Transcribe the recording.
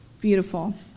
beautiful